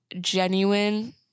genuine